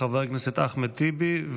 לחבר הכנסת אחמד טיבי,